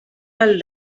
del